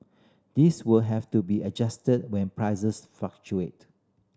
these will have to be adjusted when prices fluctuate